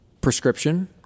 prescription